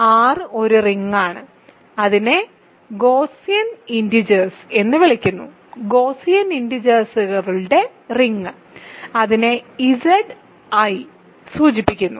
R ഒരു റിങ്ങാണ് അതിനെ "ഗോസിയൻ ഇന്റിജേഴ്സ് " എന്ന് വിളിക്കുന്നു ഗോസിയൻ ഇന്റിജേഴ്സ്കളുടെ റിങ് അതിനെ Zi സൂചിപ്പിക്കുന്നു